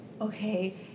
okay